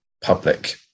public